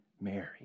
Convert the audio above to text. Mary